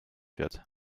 wird